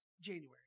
January